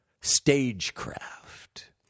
stagecraft